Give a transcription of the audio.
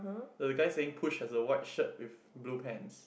but the guy saying push has a white shirt with blue pants